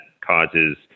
causes